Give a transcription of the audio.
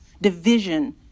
division